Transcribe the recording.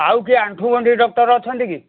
ଆଉ କିଏ ଆଣ୍ଠୁ ଗଣ୍ଠି ଡକ୍ଟର୍ ଅଛନ୍ତି କି